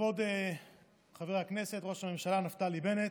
כבוד חבר הכנסת ראש הממשלה נפתלי בנט,